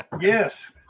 Yes